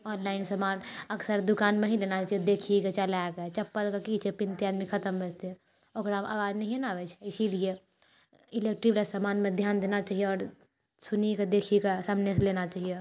online समान अक्सर दुकानमे ही लेना चाहिए देखिके चलाएके चप्पलके की छै पिन्हतै आदमी खतम भए जेतै ओकरामे आवाज नहिए ने आबै छै इसीलिए इलेक्ट्रिक वाला समानमे ध्यान देना चाहिए आओर सुनीके देखिके सामनेसँ लेना चाहिए